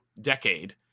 Decade